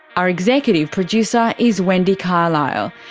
our executive producer is wendy carlisle,